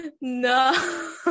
no